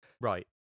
Right